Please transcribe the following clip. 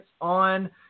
on